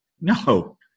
no